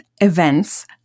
events